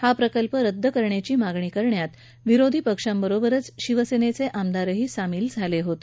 हा प्रकल्प रद्द करण्याची मागणी करण्यात विरोधी पक्षांबरोबरच शिवसेनेचे आमदारही सामील झाले होते